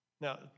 Now